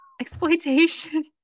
exploitation